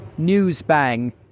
Newsbang